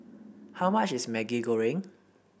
how much is Maggi Goreng